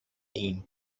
ایم